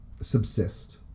subsist